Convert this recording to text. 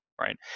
right